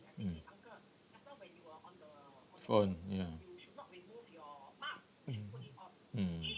mm on ya mm